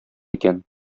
икән